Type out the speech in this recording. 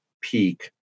peak